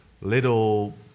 little